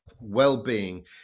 well-being